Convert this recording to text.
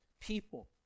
people